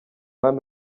hano